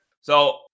So-